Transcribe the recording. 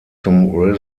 zum